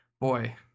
boy